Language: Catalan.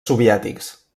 soviètics